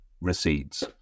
recedes